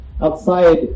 Outside